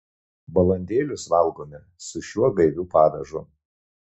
balandėlius valgome su šiuo gaiviu padažu